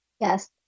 Yes